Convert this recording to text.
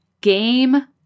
Game